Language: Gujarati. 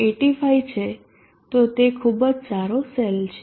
85 છે તો તે ખૂબ જ સારો સેલ છે